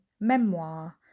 memoir